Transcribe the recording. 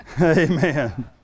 amen